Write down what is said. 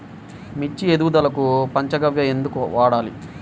మిర్చి ఎదుగుదలకు పంచ గవ్య ఎందుకు వాడాలి?